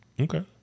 Okay